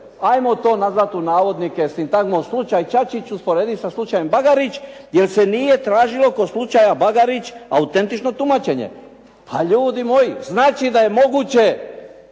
ajmo to nazvati u navodnike "sintagmom" slučaj Čačić usporediti sa slučajem Bagarić jer se nije tražilo kod slučaja Bagarić autentično tumačenje. A ljudi moji, znači da je moguće